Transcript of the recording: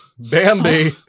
Bambi